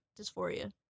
dysphoria